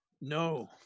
No